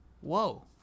Whoa